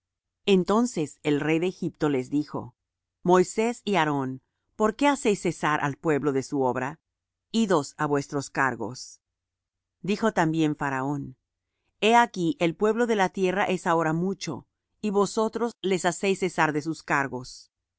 entonces el rey de egipto les dijo moisés y aarón por qué hacéis cesar al pueblo de su obra idos á vuestros cargos dijo también faraón he aquí el pueblo de la tierra es ahora mucho y vosotros les hacéis cesar de sus cargos